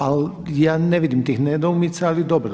Ali ja ne vidim tih nedoumica ali dobro.